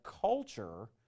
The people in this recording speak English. culture